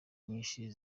nyinshi